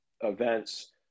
events